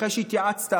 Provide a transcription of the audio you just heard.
אחרי שהתייעצת,